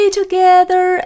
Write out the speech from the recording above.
together